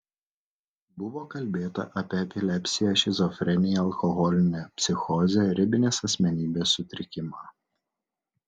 buvo kalbėta apie epilepsiją šizofreniją alkoholinę psichozę ribinės asmenybės sutrikimą